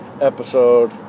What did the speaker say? episode